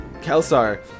Kelsar